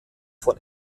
von